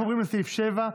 אנחנו עוברים לסעיף 7,